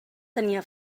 tenia